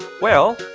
well,